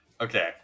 Okay